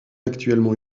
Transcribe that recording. actuellement